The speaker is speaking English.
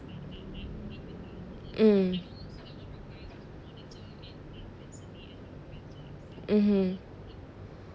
mm mmhmm